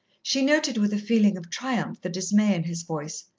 she noted with a feeling of triumph the dismay in his voice.